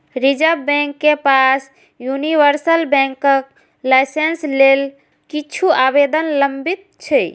reserve bank के पास universal बैंकक लाइसेंस लेल किछु आवेदन लंबित छै